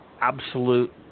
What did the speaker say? absolute